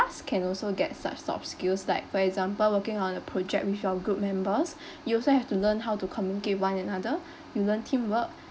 class can also get such soft skills like for example working on a project with your group members you also have to learn how to communicate with one another you learn teamwork